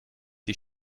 die